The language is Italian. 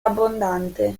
abbondante